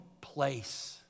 place